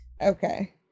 okay